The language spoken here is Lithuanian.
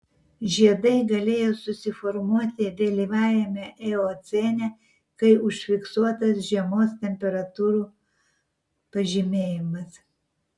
žiedai galėjo susiformuoti vėlyvajame eocene kai užfiksuotas žiemos temperatūrų pažemėjimas